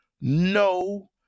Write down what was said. no